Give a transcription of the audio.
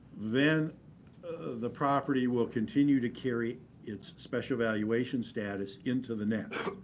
then the property will continue to carry its special valuation status into the next.